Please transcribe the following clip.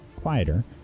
quieter